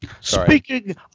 Speaking